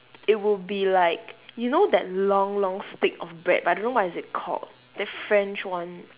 it would be like you know that long long stick of bread but I don't know what is it called the french one